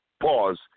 Pause